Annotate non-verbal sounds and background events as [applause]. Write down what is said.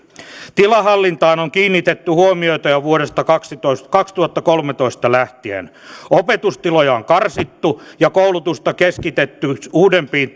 tilahallintaan on kiinnitetty huomioita jo vuodesta kaksituhattakolmetoista lähtien opetustiloja on karsittu ja koulutusta keskitetty uudempiin [unintelligible]